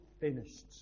finished